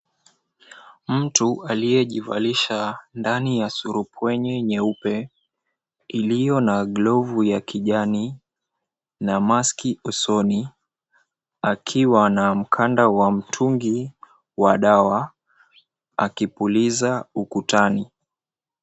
Mtu aliyejivalisha ndani ya surupwenye nyeupe iliyo na glovu ya kijani na mask usoni akiwa na mkanda wa mtungi wa dawa akipuliza ukutani.